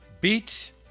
beat